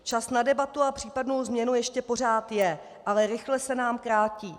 Čas na debatu a případnou změnu ještě pořád je, ale rychle se nám krátí.